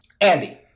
Andy